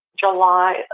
July